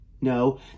No